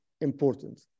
important